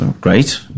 great